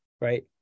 right